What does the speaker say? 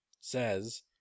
says